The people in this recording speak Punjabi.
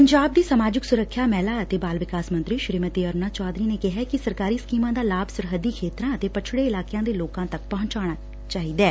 ਪੰਜਾਬ ਦੀ ਸਮਾਜਿਕ ਸੁਰੱਖਿਆ ਮਹਿਲਾ ਅਤੇ ਬਾਲ ਵਿਕਾਸ ਮੰਤਰੀ ਸ੍ਰੀਮਤੀ ਅਰੁਣਾ ਚੌਧਰੀ ਨੇ ਕਿਹਾ ਕਿ ਸਰਕਾਰੀ ਸਕੀਮਾਂ ਦਾ ਲਾਭ ਸਰੱਹਦੀ ਖੇਤਰਾਂ ਅਤੇ ਪਛੜੇ ਇਲਾਕਿਆਂ ਦੇ ਲੋਕਾਂ ਤੱਕ ਪਹੁੰਚਣਾ ਚਾਹੀਦੈ